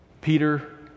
Peter